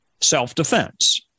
self-defense